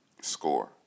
score